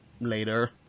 later